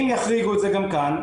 אם יחריגו את זה גם כאן,